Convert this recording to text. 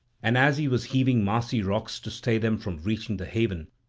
and as he was heaving massy rocks to stay them from reaching the haven,